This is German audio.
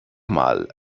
mal